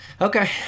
Okay